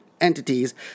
entities